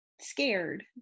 scared